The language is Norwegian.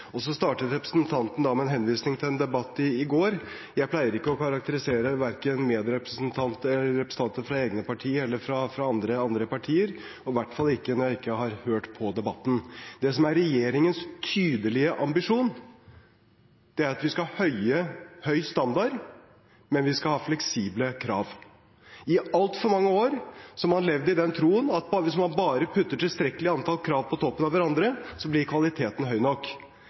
Representanten startet med en henvisning til en debatt i går. Jeg pleier ikke å karakterisere representanter fra verken eget parti eller andre partier, og i hvert fall ikke når jeg ikke har hørt på debatten. Det som er regjeringens tydelige ambisjon, er at vi skal ha høy standard, men vi skal ha fleksible krav. I altfor mange år har man levd i den troen at hvis man bare putter tilstrekkelig antall krav på toppen av hverandre, så blir kvaliteten høy nok.